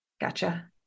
Gotcha